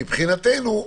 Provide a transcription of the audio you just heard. מבחינתנו,